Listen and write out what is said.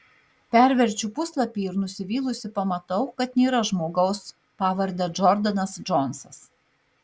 perverčiu puslapį ir nusivylusi pamatau kad nėra žmogaus pavarde džordanas džonsas